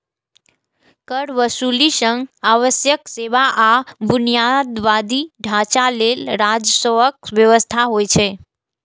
कर वसूली सं आवश्यक सेवा आ बुनियादी ढांचा लेल राजस्वक व्यवस्था होइ छै